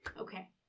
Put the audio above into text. Okay